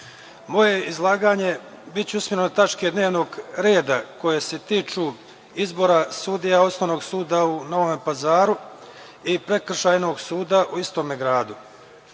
moje izlaganje će biti usmereno na tačke dnevnog reda koje se tiču izbora sudija Osnovnog suda u Novom Pazaru i Prekršajnog suda u istom